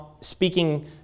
speaking